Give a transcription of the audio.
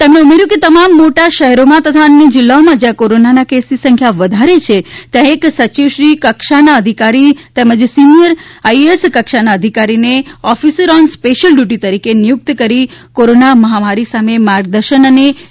તેમણે કહ્યું કે તમામ મોટાં શહેરોમાં તથા અન્ય જિલ્લાઓમાં જ્યાં કોરોનાના કેસની સંખ્યા વધારે છે ત્યાં એક સચિવશ્રી કક્ષાના અધિકારી તેમજ સિનિયર આઈએએસ કક્ષાના અધિકારીને ઑફિસર ઓન સ્પેશિયલ ડયુટી તરીકે નિયુક્ત કરી કોરોનાની મહામારી સામે માર્ગદર્શન અને રિવ્યૂ કરવામાં આવી રહ્યો છે